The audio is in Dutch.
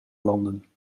landen